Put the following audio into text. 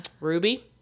Ruby